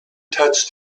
touched